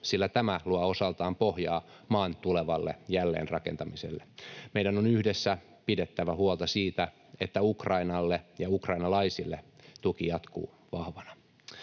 sillä tämä luo osaltaan pohjaa maan tulevalle jälleenrakentamiselle. Meidän on yhdessä pidettävä huolta siitä, että Ukrainalle ja ukrainalaisille tuki jatkuu vahvana.